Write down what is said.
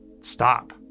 stop